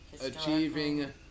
achieving